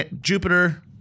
Jupiter